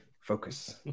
Focus